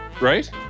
right